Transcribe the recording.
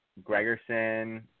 Gregerson